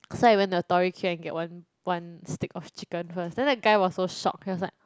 so I went to the Tori-Q and get one one stick of chicken first then the guy was so shocked he was like